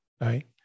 right